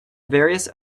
various